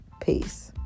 Peace